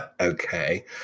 Okay